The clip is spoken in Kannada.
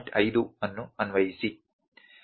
5 ಅನ್ನು ಅನ್ವಯಿಸಿ